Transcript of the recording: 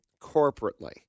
corporately